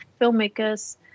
filmmakers